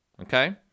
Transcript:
okay